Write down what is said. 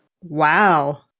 Wow